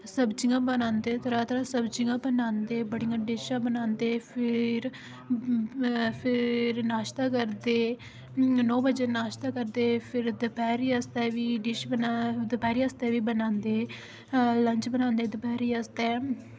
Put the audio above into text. सब्जियां बनांदे त्रै त्रै सब्जियां बनांदे बड़ियां डिशां बनांदे फिर फिर नाश्ता करदे नौ बजे नाश्ता करदे फिर दपैह्री आस्तै बी डिश बनांदे दपैह्री आस्तै बी बनांदे लंच बनांदे दपैह्री अस ते